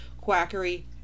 quackery